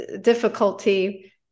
difficulty